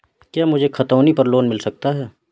क्या मुझे खतौनी पर लोन मिल सकता है?